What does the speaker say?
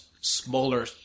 smaller